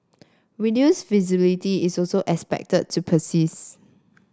reduced visibility is also expected to persist